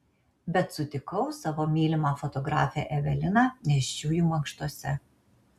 bet sutikau savo mylimą fotografę eveliną nėščiųjų mankštose